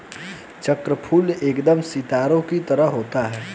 चक्रफूल एकदम सितारे की तरह होता है